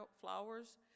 flowers